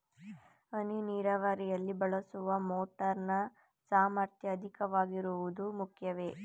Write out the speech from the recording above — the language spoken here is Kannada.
ಹನಿ ನೀರಾವರಿಯಲ್ಲಿ ಬಳಸುವ ಮೋಟಾರ್ ನ ಸಾಮರ್ಥ್ಯ ಅಧಿಕವಾಗಿರುವುದು ಮುಖ್ಯವೇ?